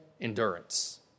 endurance